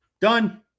Done